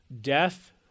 death